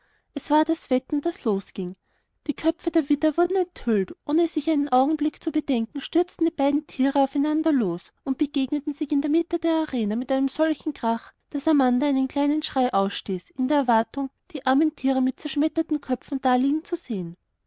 es war das wetten das losging die köpfe der widder wurden enthüllt und ohne sich einen augenblick zu bedenken stürzten die beiden tiere aufeinander los und begegneten sich in der mitte der arena mit einem solchen krach daß amanda einen kleinen schrei ausstieß in der erwartung die armen tiere mit zerschmetterten köpfen daliegen zu sehen